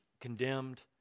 condemned